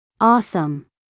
Awesome